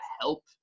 help